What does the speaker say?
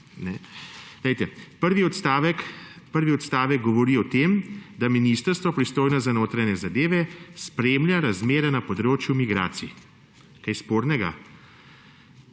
Prvi odstavek govori o tem, da ministrstvo, pristojno za notranje zadeve, spremlja razmere na področju migracij – kaj spornega?